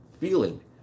feeling